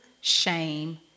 shame